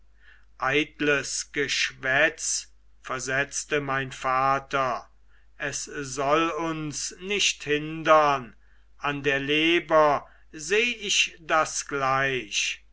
geschwätz versetzte mein vater es soll uns nicht hindern an der leber seh ich das gleich